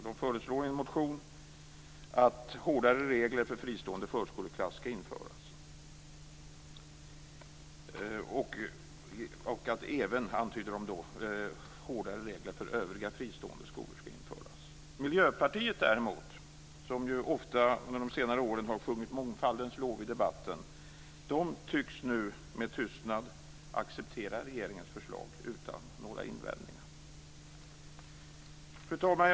Det föreslår i en motion att hårdare regler för fristående förskoleklass skall införas och antyder även att hårdare regler för övriga fristående skolor skall införas. Miljöpartiet däremot, som ofta under de senare åren har sjungit mångfaldens lov i debatten, tycks nu med tystnad acceptera regeringens förslag utan några invändningar. Fru talman!